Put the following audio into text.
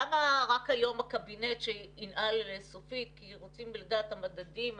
למה רק היום הקבינט ינעל סופית כי רוצים לדעת את המדדים,